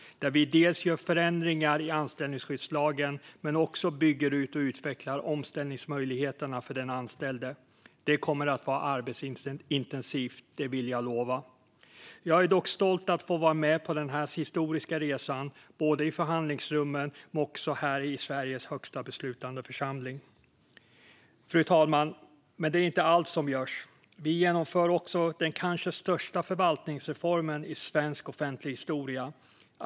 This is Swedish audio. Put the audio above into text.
Vi gör dels förändringar i anställningsskyddslagen, dels bygger ut och utvecklar omställningsmöjligheterna för den anställde. Det kommer att vara arbetsintensivt - det vill jag lova. Jag är dock stolt över att få vara med på den här historiska resan i förhandlingsrummen och här i Sveriges högsta beslutande församling. Fru talman! Men detta är inte allt som görs. Vi genomför också den kanske största förvaltningsreformen i svensk offentlig historia.